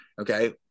Okay